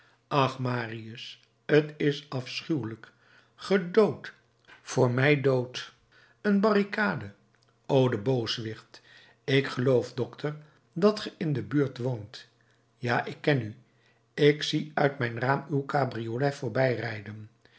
ach marius t is afschuwelijk gedood vr mij dood een barricade o de booswicht ik geloof dokter dat ge in de buurt woont ja ik ken u ik zie uit mijn raam uw cabriolet voorbijrijden